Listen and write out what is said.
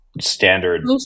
standard